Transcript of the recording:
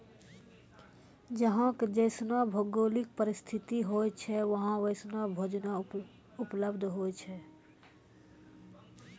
जहां के जैसनो भौगोलिक परिस्थिति होय छै वहां वैसनो भोजनो उपलब्ध होय छै